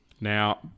Now